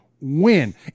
win